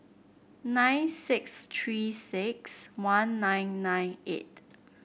nine six Three six one nine nine eight